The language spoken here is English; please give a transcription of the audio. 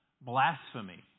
blasphemy